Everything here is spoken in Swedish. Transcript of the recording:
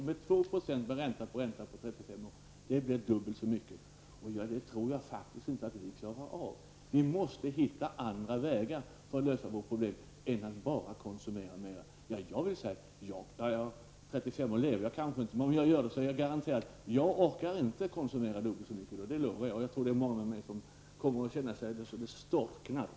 Med 2 % och med ränta på ränta i 35 år så blir det dubbelt så mycket, och det tror jag inte vi klarar av. Vi måste hitta andra vägar att lösa våra problem än att bara konsumera mera. Om 35 år lever jag kanske inte, men om jag gör det kan jag garantera att jag inte orkar konsumera dubbelt så mycket som nu -- det lovar jag. Och jag tror att det är många med mig som kommer att känna det som om de storknade.